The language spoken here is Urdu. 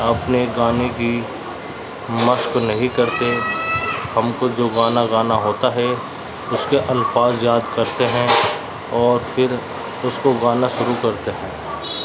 اپنے گانے کی مشق نہیں کرتے ہم کو جو گانا گانا ہوتا ہے اس کے الفاظ یاد کرتے ہیں اور پھر اس کو گانا شروع کرتے ہیں